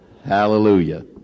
Hallelujah